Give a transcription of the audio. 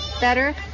better